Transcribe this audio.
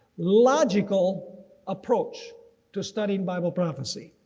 logical approach to studying bible prophecy.